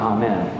Amen